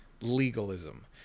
legalism